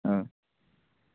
हां